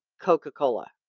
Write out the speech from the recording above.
Coca-Cola